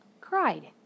cried